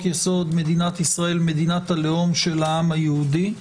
יסוד: ישראל מדינת הלאום של העם היהודי,